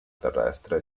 terrestre